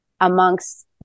amongst